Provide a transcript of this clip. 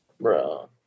Bro